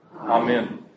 Amen